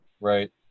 right